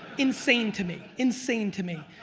insane to me, insane to me.